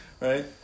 right